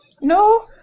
No